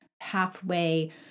halfway